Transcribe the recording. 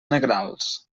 negrals